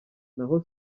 naho